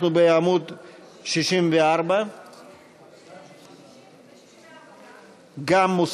אנחנו בעמוד 64. 64 גם.